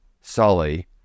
Sully